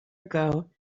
ago